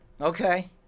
Okay